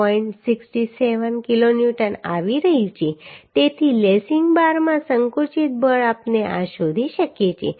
67 kilonewton આવી રહ્યું છે તેથી લેસિંગ બારમાં સંકુચિત બળ આપણે આ શોધી શકીએ છીએ